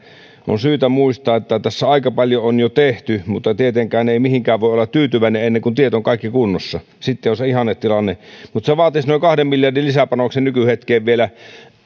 on syytä muistaa että tässä aika paljon on jo tehty mutta tietenkään ei mihinkään voi olla tyytyväinen ennen kuin kaikki tiet ovat kunnossa sitten on se ihannetilanne mutta se vaatisi vielä noin kahden miljardin lisäpanoksen nykyhetkeen verrattuna